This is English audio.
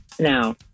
Now